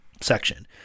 section